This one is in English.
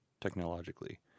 technologically